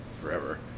forever